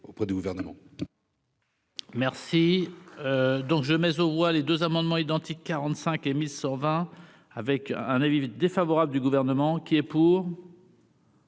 auprès du gouvernement.